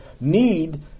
need